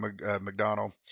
McDonald